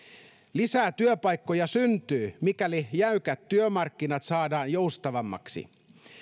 lisää työpaikkoja syntyy mikäli jäykät työmarkkinat saadaan joustavammiksi